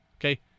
Okay